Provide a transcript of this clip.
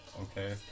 Okay